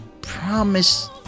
promise